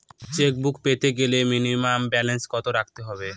Chequebook পেতে গেলে minimum balance কত রাখতে হবে?